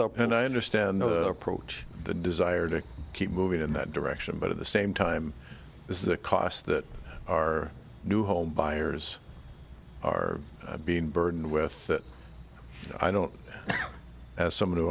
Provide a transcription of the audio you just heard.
up and i understand the approach the desire to keep moving in that direction but at the same time this is a cost that our new home buyers are being burdened with that i don't as someone who